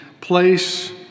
place